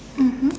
mmhmm